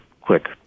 quick